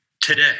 today